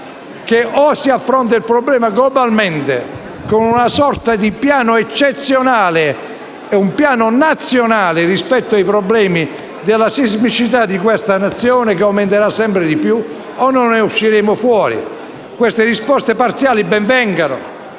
che o si affronta il problema globalmente, con una sorta di piano eccezionale e un piano nazionale rispetto ai problemi della sismicità di questa Nazione (che aumenterà sempre di più), o non ne usciremo fuori. Queste risposte parziali ben vengano,